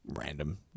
random